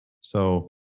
So-